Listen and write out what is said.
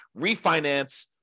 refinance